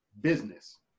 business